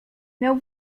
miał